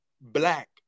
Black